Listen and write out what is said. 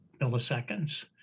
milliseconds